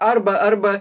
arba arba